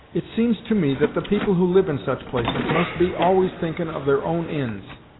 it seems to me that the people who live in such places must be always thinkin' of their own inds,